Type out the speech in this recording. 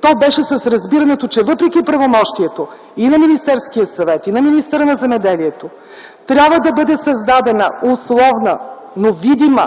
то беше с разбирането, че въпреки правомощието и на Министерския съвет, и на министъра на земеделието трябва да бъде създадена условна, но видима